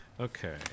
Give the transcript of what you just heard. Okay